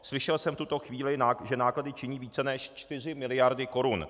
Slyšel jsem v tuto chvíli, že náklady činí více než 4 mld. korun.